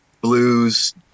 blues